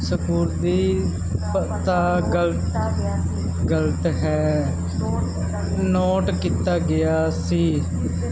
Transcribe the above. ਸਕੂਲੀ ਪਤਾ ਗਲਤ ਹੈ ਨੋਟ ਕੀਤਾ ਗਿਆ ਸੀ